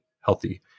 healthy